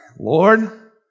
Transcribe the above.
Lord